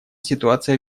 ситуация